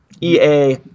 EA